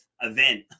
event